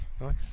nice